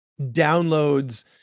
downloads